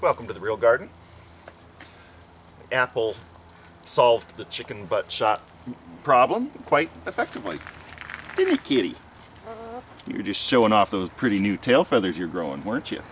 welcome to the real garden apple solved the chicken but shot problem quite effectively dicky you're just showing off those pretty new tail feathers you're growing weren't y